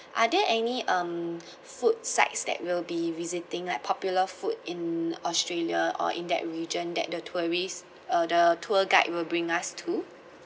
are there any um food sites that we'll be visiting like popular food in australia or in that region that the tourists uh the tour guide will bring us to